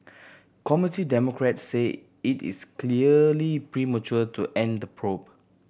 Committee Democrats say it is clearly premature to end the probe